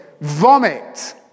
Vomit